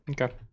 Okay